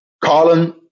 Colin